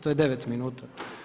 To je 9 minuta.